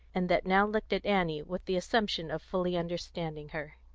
and that now looked at annie with the assumption of fully understanding her.